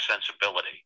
sensibility